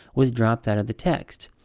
was dropped out of the text.